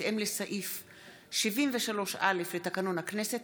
בהתאם לסעיף 73(א) לתקנון הכנסת,